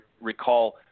recall